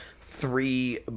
three